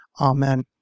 Amen